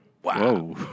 Wow